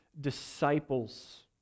disciples